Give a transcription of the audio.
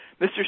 mr